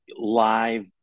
live